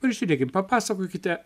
pažiūrėkim papasakokite